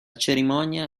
cerimonia